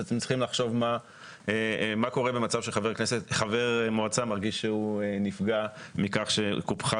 אתם צריכים לחשוב מה קורה במצב שחבר מועצה מרגיש שהוא נפגע מכך שקופחה